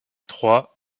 trois